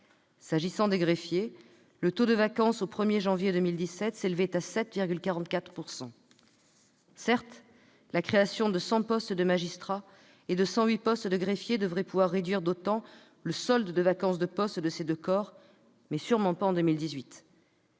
S'agissant des greffiers, le taux de vacance au 1 janvier 2017 s'élevait à 7,44 %. Certes, la création de 100 postes de magistrats et de 108 postes de greffiers devrait pouvoir réduire d'autant le solde de vacances de postes de ces deux corps, mais sûrement pas en 2018